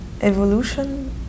evolution